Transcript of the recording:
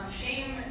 Shame